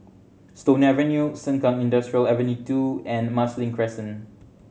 Stone Avenue Sengkang Industrial Avenue Two and Marsiling Crescent